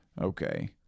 Okay